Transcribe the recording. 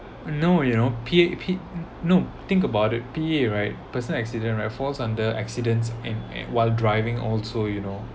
no you know P_A P no think about it P_A right person accident rights fall under accidents and and while driving also you know